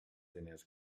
diners